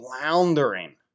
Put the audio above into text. floundering